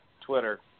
Twitter